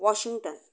Washington